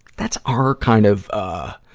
that's our kind of, ah,